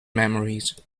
memories